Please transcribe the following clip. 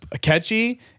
catchy